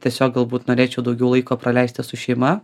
tiesiog galbūt norėčiau daugiau laiko praleisti su šeima